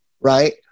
right